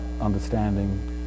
understanding